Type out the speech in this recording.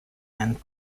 and